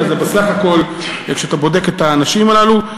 אלא זה סך הכול כשאתה בודק את האנשים הללו.